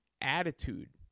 attitude